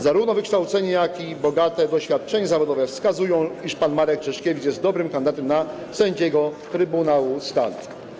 Zarówno wykształcenie, jak i bogate doświadczenie zawodowe wskazują, iż pan Marek Czeszkiewicz jest dobrym kandydatem na sędziego Trybunału Stanu.